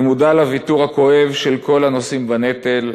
אני מודע לוויתור הכואב של כל הנושאים בנטל,